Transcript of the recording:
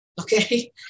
okay